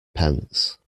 pence